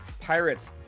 Pirates